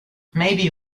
maybe